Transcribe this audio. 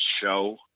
show